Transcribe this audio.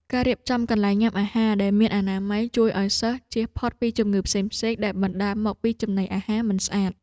ការរៀបចំកន្លែងញ៉ាំអាហារដែលមានអនាម័យជួយឱ្យសិស្សជៀសផុតពីជំងឺផ្សេងៗដែលបណ្តាលមកពីចំណីអាហារមិនស្អាត។